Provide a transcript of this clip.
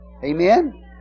Amen